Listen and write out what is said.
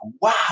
wow